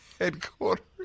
headquarters